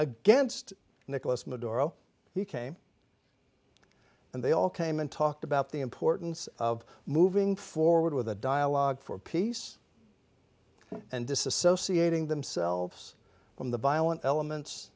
against nicolas maduro he came and they all came and talked about the importance of moving forward with a dialogue for peace and disassociating themselves from the violent elements